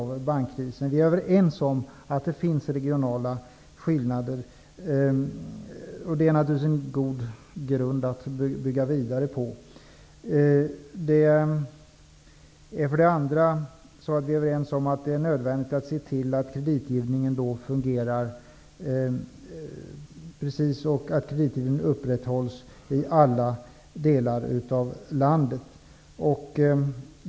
Vi är överens om att det finns regionala skillnader. Det är naturligtvis en god grund att bygga vidare på. Vidare är vi överens om att det är nödvändigt att se till att kreditgivningen fungerar och att kreditprövningen upprätthålls i alla delar av landet.